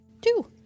Two